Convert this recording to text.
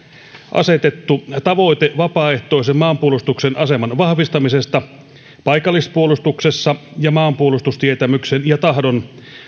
asetettu tavoite vapaaehtoisen maanpuolustuksen aseman vahvistamisesta paikallispuolustuksessa ja maanpuolustustietämyksen ja tahdon